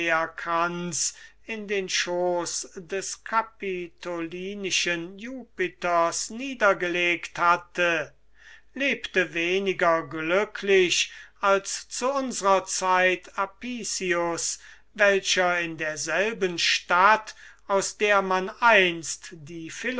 in den schooß des capitolinischen jupiters niedergelegt hatte lebte weniger glücklich als zu unsrer zeit apicius welcher in derselben stadt aus der man einst die